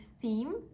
theme